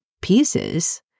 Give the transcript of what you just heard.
pieces